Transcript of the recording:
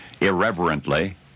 irreverently